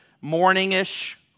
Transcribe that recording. morning-ish